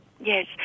Yes